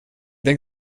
denk